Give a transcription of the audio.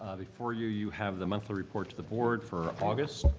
before you, you have the monthly report to the board for august.